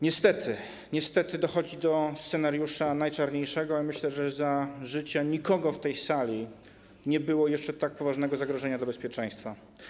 Niestety dochodzi do scenariusza najczarniejszego, ale myślę, że za życia nikogo w tej sali nie było jeszcze tak poważnego zagrożenia dla bezpieczeństwa.